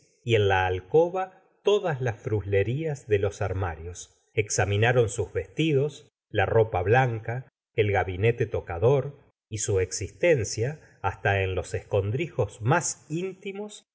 y en la alcoba todas las frus erias de los ar marios examinaron sus vc tidos la ropa blanca el gabinete tocador y su existencia hasta en los escondrijos más íntimos